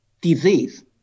disease